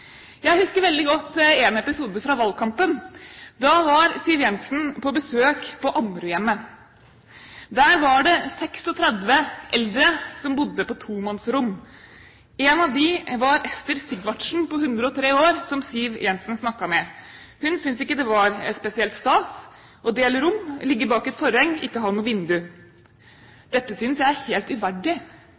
Jeg husker veldig godt en episode fra valgkampen. Da var Siv Jensen på besøk på Ammerudhjemmet. Der var det 36 eldre som bodde på tomannsrom. En av dem var Ester Sigvartsen på 103 år, som Siv Jensen snakket med. Hun syntes ikke det var spesielt stas å dele rom, ligge bak et forheng og ikke ha noe vindu. «Jeg synes dette er helt uverdig»,